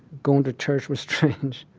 going to church was strange.